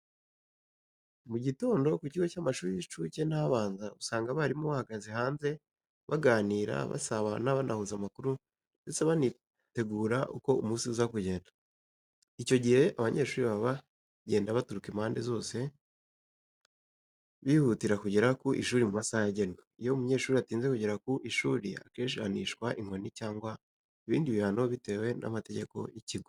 Mu gitondo, ku kigo cy’amashuri y’incuke n'abanza, usanga abarimu bahagaze hanze baganira, basabana, banahuza amakuru ndetse banitegura uko umunsi uza kugenda. Icyo gihe, abanyeshuri baba bagenda baturuka impande zose, bihutira kugera ku ishuri mu masaha yagenwe. Iyo umunyeshuri atinze kugera ku ishuri, akenshi ahanishwa inkoni cyangwa ibindi bihano bitewe n’amategeko y’ikigo.